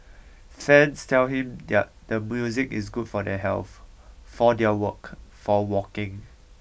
fans tell him the the music is good for their health for their work for walking